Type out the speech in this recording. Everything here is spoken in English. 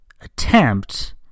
attempt